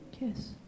yes